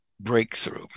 breakthrough